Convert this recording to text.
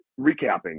recapping